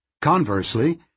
Conversely